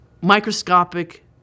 microscopic